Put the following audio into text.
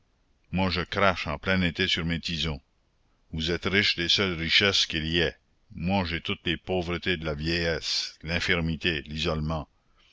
moi je crache en plein été sur mes tisons vous êtes riche des seules richesses qu'il y ait moi j'ai toutes les pauvretés de la vieillesse l'infirmité l'isolement